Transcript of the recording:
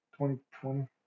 2020